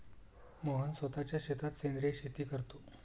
मोहन स्वतःच्या शेतात सेंद्रिय शेती करतो